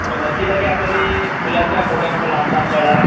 तर मंदिराला आपल्याला फुलाच्या मोठ्या मोठ्या लांब लांब लळा